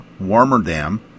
Warmerdam